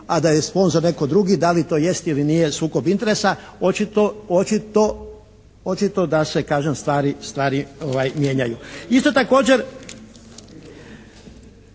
a da je sponzor netko drugi da li to jest ili nije sukob interesa, očito da se kažem stvari mijenjaju. Isto također